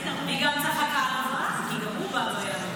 והיא גם צחקה על אברהם, כי גם הוא בא בימים.